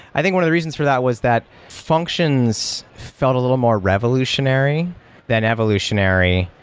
i think one of the reasons for that was that functions felt a little more revolutionary than evolutionary.